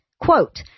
Quote